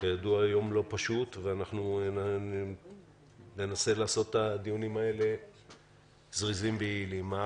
לא פשוט וננסה לעשות את הדיונים זריזים ויעילים.